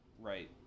Right